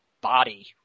body